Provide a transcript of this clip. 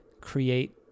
create